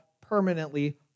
permanently